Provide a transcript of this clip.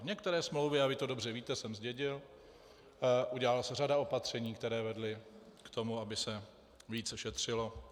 Některé smlouvy, a vy to dobře víte, jsem zdědil, udělala se řada opatření, která vedla k tomu, aby se více šetřilo.